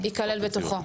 ייכלל בתוכו.